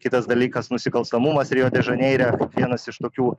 kitas dalykas nusikalstamumas rio de žaneire vienas iš tokių